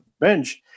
bench